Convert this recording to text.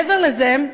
מעבר לזה,